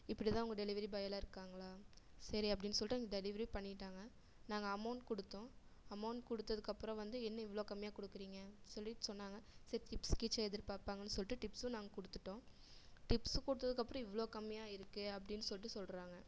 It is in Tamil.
இப்படி தான் உங்க டெலிவரி பாய் எல்லாம் இருக்காங்களா சரி அப்டின்னு சொல்லிட்டு டெலிவரி பண்ணிட்டாங்க நாங்கள் அமௌன்ட் கொடுத்தோம் அமௌன்ட் கொடுத்ததுக்கு அப்புறம் வந்து என்ன இவ்வளோ கம்மியாக கொடுக்குறிங்க சொல்லி சொன்னாங்க சரி டிப்ஸ் கிச் எதிர் பாப்பாங்கன்னு சொல்லிட்டு டிப்ஸும் நாங்கள் கொடுத்துட்டோம் டிப்ஸு கொடுத்ததுக்கு அப்புறம் இவ்வளோ கம்மியாக இருக்குது அப்டின்னு சொல்லிட்டு சொல்லுறாங்க